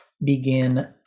begin